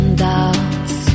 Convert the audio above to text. doubts